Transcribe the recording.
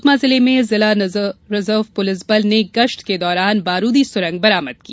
सुकमा जिले में जिला रिजर्व पुलिस बल ने गस्त के दौरान बारूदी सुरंग बरामद की